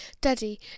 Daddy